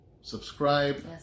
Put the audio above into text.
subscribe